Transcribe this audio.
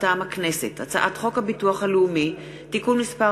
מטעם הכנסת: הצעת חוק הביטוח הלאומי (תיקון מס'